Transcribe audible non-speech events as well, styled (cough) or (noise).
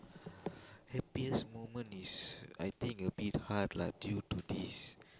(breath) happiest moment is I think a bit hard lah due to this